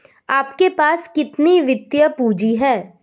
आपके पास कितनी वित्तीय पूँजी है?